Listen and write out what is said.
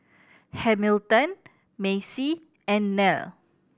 Hamilton Macey and Nell